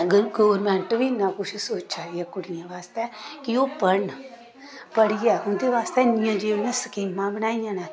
अगर गौरमैंट बी इन्ना कुछ सोच्चा दी ऐ कुड़ियें बास्तै कि ओह् पढ़न पढ़ियै उं'दे बास्तै इन्नियां जे उ'न्नै स्कीमां बनाइयां न